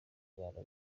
rwanda